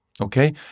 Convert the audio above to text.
Okay